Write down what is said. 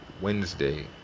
wednesday